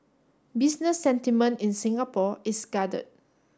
business sentiment in Singapore is guarded